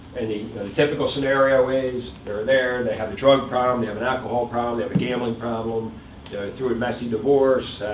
and the typical scenario is, they're there, they have a drug problem, they have an alcohol problem, they have a gambling problem, they're through a messy divorce,